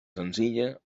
senzilla